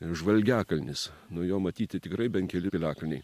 žvalgiakalnis nuo jo matyti tikrai bent keli piliakalniai